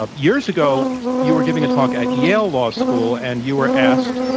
ah years ago you were giving a talk at yale law school. and you were asked,